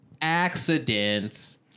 accidents